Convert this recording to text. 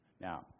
Now